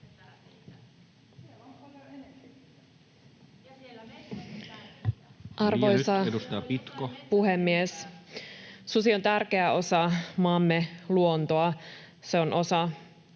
Arvoisa puhemies! Susi on tärkeä osa maamme luontoa. Se on